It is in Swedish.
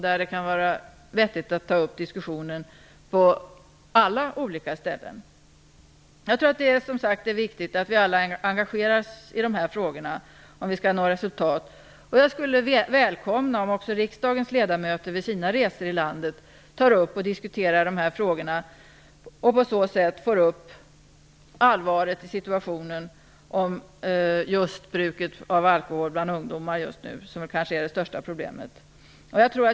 Det kan vara vettigt att ta upp den diskussionen på alla olika ställen. Som sagt, om vi skall nå resultat är det viktigt att vi alla engagerar oss i dessa frågor. Jag skulle välkomna om också riksdagens ledamöter vid sina resor ute i landet tog upp och diskuterade dessa frågor och på så sätt visade på allvaret i situationen när det gäller bruket av alkohol bland ungdomar som just nu kanske är det största problemet.